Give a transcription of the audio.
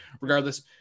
regardless